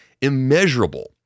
immeasurable